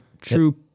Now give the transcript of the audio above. true